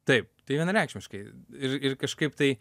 taip tai vienareikšmiškai ir ir kažkaip tai